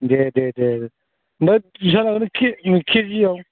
दे दे दे ओमफ्राय बेसां लागोन नों केजि केजिआव